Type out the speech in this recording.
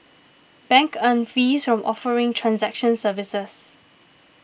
banks earn fees from offering transaction services